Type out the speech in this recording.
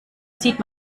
sieht